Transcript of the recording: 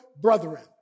brethren